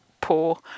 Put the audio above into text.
poor